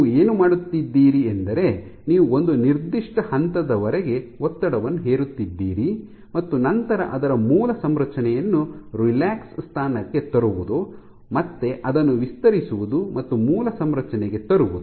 ನೀವು ಏನು ಮಾಡುತ್ತಿದ್ದೀರಿ ಎಂದರೆ ನೀವು ಒಂದು ನಿರ್ದಿಷ್ಟ ಹಂತದವರೆಗೆ ಒತ್ತಡವನ್ನು ಹೇರುತ್ತಿದ್ದೀರಿ ಮತ್ತು ನಂತರ ಅದರ ಮೂಲ ಸಂರಚನೆಯನ್ನು ರಿಲ್ಯಾಕ್ಸ್ ಸ್ಥಾನಕ್ಕೆ ತರುವುದು ಮತ್ತೆ ಅದನ್ನು ವಿಸ್ತರಿಸುವುದು ಮತ್ತು ಮೂಲ ಸಂರಚನೆಗೆ ತರುವುದು